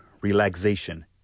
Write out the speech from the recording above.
relaxation